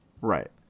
Right